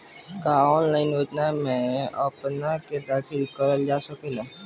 का ऑनलाइन योजनाओ में अपना के दाखिल करल जा सकेला?